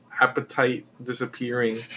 appetite-disappearing